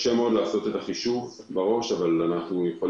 קשה מאוד לעשות את החישוב בראש, אבל תוך